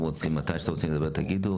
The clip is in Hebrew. מתי שאתם רוצים לדבר תגידו,